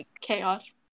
chaos